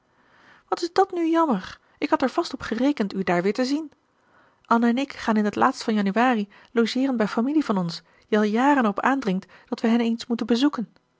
wat is dat nu jammer ik had er vast op gerekend u daar weer te zien anne en ik gaan in t laatst van januari logeeren bij familie van ons die al jaren er op aandringt dat we hen eens moeten bezoeken